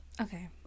Okay